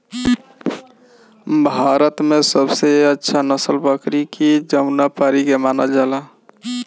भारत में सबसे अच्छा नसल के बकरी जमुनापारी के मानल जाला